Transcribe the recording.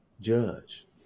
judge